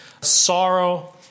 sorrow